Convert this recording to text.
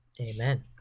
Amen